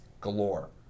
galore